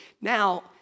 Now